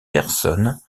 personnes